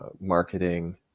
marketing